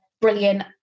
brilliant